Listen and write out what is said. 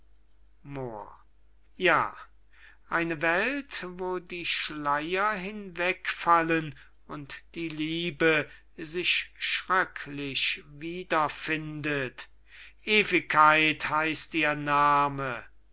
ja eine welt wo die schleyer hinwegfallen und die liebe sich schrecklich wiederfindet ewigkeit heißt ihr name